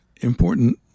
important